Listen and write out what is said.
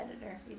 editor